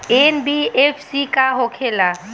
NBFC का होंखे ला?